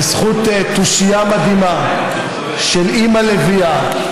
בזכות תושייה מדהימה של אימא לביאה,